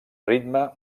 ritme